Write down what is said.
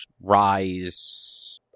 Rise